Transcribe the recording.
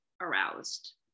aroused